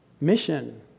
mission